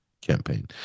campaign